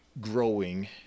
growing